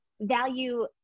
value